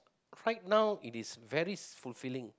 right now it is very s~ fulfilling